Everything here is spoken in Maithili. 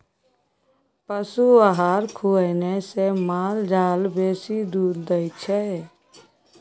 पशु आहार खुएने से माल जाल बेसी दूध दै छै